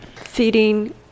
feeding